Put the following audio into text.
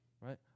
right